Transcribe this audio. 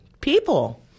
People